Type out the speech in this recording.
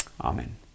Amen